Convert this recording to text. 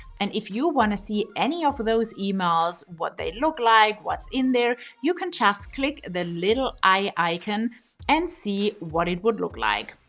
and if you want to see any of those emails, what they look like, what's in there, you can just click the little eye icon and see what it would look like.